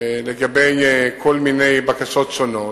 לגבי כל מיני בקשות שונות,